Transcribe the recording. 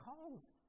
calls